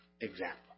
example